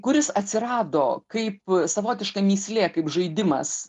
kuris atsirado kaip savotiška mįslė kaip žaidimas